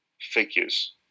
figures